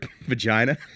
vagina